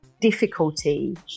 difficulty